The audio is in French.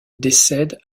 décède